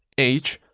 h,